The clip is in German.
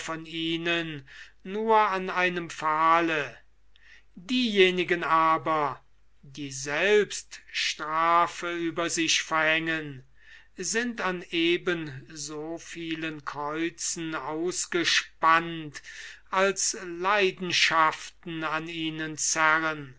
ihnen nur an einem pfahle diejenigen aber die selbst strafe über sich verhängen sind an eben so vielen kreuzen ausgespannt als leidenschaften an ihnen zerren